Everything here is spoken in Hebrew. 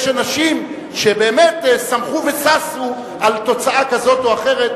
אנשים שבאמת שמחו וששו על תוצאה כזאת או אחרת,